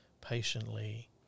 patiently